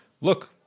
look